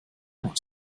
not